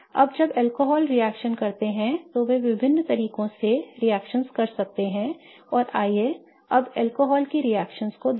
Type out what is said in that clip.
अब जब alcohol reaction करते हैं तो वे विभिन्न तरीकों से रिएक्शन कर सकते हैं और आइए अब अल्कोहल की रिएक्शनओं को देखें